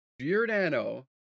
Giordano